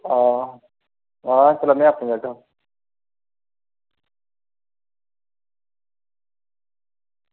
हां हां चलो में आपें जाह्गा